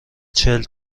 چهل